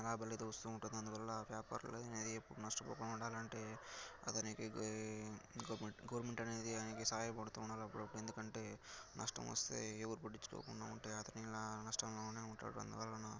లాభాలు అయితే వస్తూ ఉంటుంది అందువల్ల వ్యాపారాలు అనేది ఎప్పుడు నష్టపోకుండా ఉండాలంటే అతనికి గవర్నమెంట్ గవర్నమెంట్ అనేది ఆయనకి సాయపడుతూ ఉండాలి అప్పుడప్పుడు ఎందుకంటే నష్టం వస్తే ఎవరూ పట్టించుకోకుండా ఉంటే అతను నష్టంలోనే ఉంటాడు అందువలన